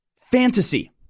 fantasy